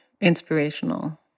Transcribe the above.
inspirational